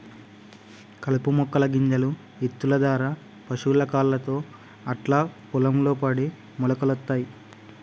కలుపు మొక్కల గింజలు ఇత్తుల దారా పశువుల కాళ్లతో అట్లా పొలం లో పడి మొలకలొత్తయ్